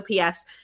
OPS